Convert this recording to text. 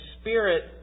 Spirit